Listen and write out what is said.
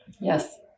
yes